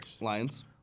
Lions